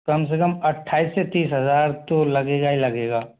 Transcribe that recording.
कम से कम अट्ठाईस से तीस हज़ार तो लगेगा ही लगेगा